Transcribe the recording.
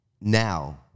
Now